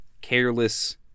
careless